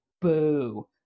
Boo